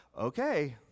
okay